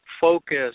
focus